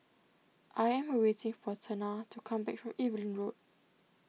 I am waiting for Tana to come back from Evelyn Road